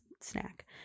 snack